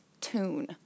tune